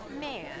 man